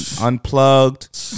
Unplugged